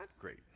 Great